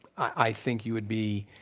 i think you would be,